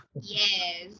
Yes